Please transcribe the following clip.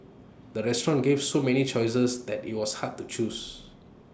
the restaurant gave so many choices that IT was hard to choose